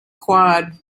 quad